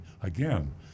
again